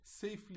safely